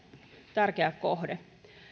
tärkeä kohde